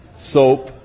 soap